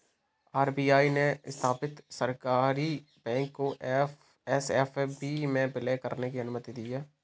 RBI ने स्थापित सहकारी बैंक को एस.एफ.बी में विलय करने की अनुमति दी